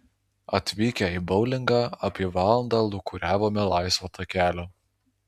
atvykę į boulingą apie valandą lūkuriavome laisvo takelio